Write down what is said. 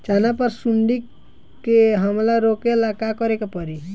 चना पर सुंडी के हमला रोके ला का करे के परी?